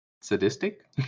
sadistic